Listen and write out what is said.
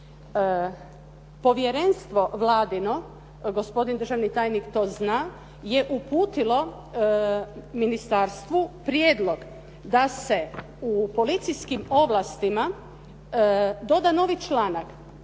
Povjerenstvo vladino, gospodin državni tajnik to zna je uputilo ministarstvu prijedlog da se u policijskim ovlastima doda novi članak